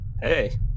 Hey